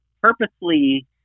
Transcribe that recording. purposely